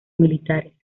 militares